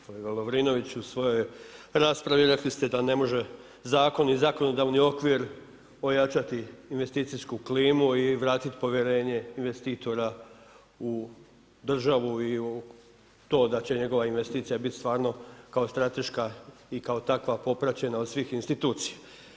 Kolega Lovrinović u svojoj raspravi rekli ste da ne može zakon i zakonodavni okvir ojačati investicijsku klimu i vratiti povjerenje investitora u državu i u to da će njegova investicija biti stvarno kao strateška i kao takva popraćena od svih institucija.